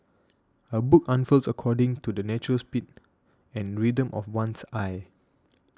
a book unfurls according to the natural speed and rhythm of one's eye